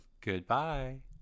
goodbye